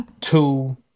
two